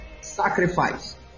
sacrifice